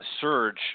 surge